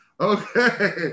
okay